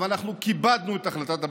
ואנחנו כיבדנו את החלטת הבוחר,